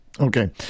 Okay